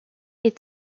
est